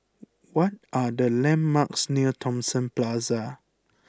what are the landmarks near Thomson Plaza